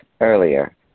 earlier